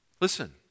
Listen